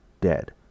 dead